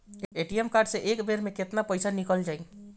ATM card से एक बेर मे केतना पईसा निकल जाई?